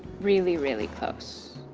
really, really close.